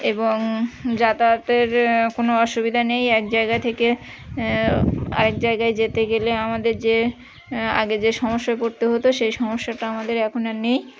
এবং যাতায়াতের কোনও অসুবিধা নেই এক জায়গা থেকে আরেক জায়গায় যেতে গেলে আমাদের যে আগে যে সমস্যায় পড়তে হতো সেই সমস্যাটা আমাদের এখন আর নেই